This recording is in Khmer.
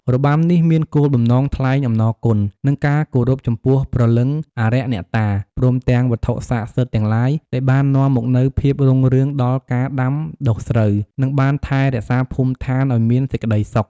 របាំនេះមានគោលបំណងថ្លែងអំណរគុណ និងការគោរពចំពោះព្រលឹងអារក្ស អ្នកតា ព្រមទាំងវត្ថុស័ក្តិសិទ្ធិទាំងឡាយដែលបាននាំមកនូវភាពរុងរឿងដល់ការដាំដុះស្រូវ និងបានថែរក្សាភូមិឋានឱ្យមានសេចក្ដីសុខ។